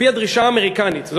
על-פי הדרישה האמריקנית,